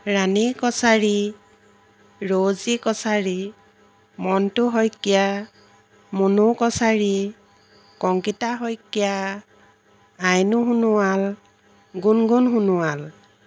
Rani Kachari Rozy Kachari Montu Saikia Munu Kachari Kankita Saikia Ainu Sonowal Gungun Sonowal